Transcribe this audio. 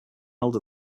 held